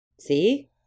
See